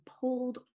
pulled